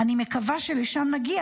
"אני מקווה שלשם נגיע.